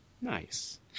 Nice